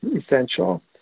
essential